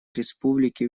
республики